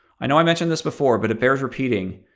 i know i mentioned this before, but it bears repeating.